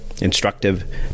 instructive